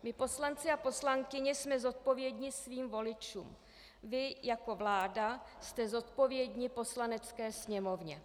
My poslanci a poslankyně jsme zodpovědní svým voličům, vy jako vláda jste zodpovědní Poslanecké sněmovně.